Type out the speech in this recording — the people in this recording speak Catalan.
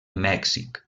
mèxic